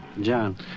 John